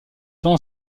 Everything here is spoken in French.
tend